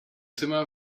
zimmer